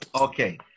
Okay